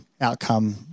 outcome